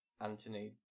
Anthony